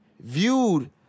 viewed